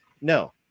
no